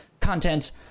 content